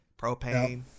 propane